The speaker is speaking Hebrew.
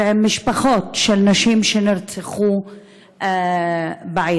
עם משפחות של נשים שנרצחו בעיר,